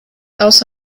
aus